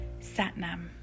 Satnam